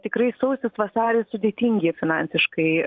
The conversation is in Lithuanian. tikrai sausis vasaris sudėtingi finansiškai